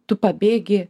tu pabėgi